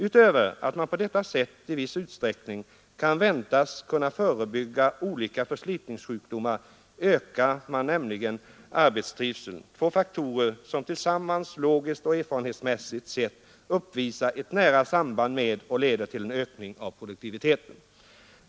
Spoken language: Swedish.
Utöver att man på detta sätt i viss utsträckning kan väntas kunna förebygga olika förslitningssjukdomar ökar man nämligen arbetstrivseln, två faktorer som tillsammans logiskt och erfarenhetsmässigt sett uppvisar ett nära samband med och leder till en ökning av produktiviteten.